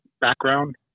background